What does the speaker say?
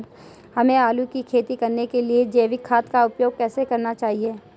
हमें आलू की खेती करने के लिए जैविक खाद का उपयोग कैसे करना चाहिए?